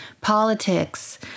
politics